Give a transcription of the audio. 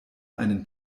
einen